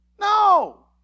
No